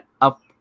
up